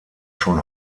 schon